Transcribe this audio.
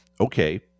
okay